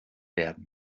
werden